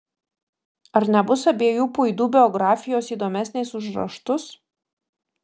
ar nebus abiejų puidų biografijos įdomesnės už raštus